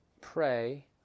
pray